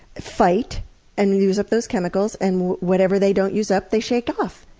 fight and use up those chemicals, and whatever they don't use up, they shake off!